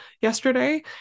yesterday